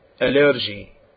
allergy